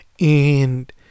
and-